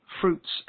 fruits